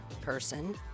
person